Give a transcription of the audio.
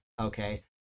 okay